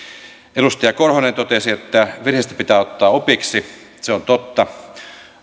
edustaja korhonen totesi että virheistä pitää ottaa opiksi se on totta